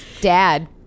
dad